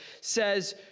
says